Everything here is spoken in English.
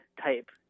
type